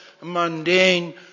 mundane